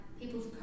people's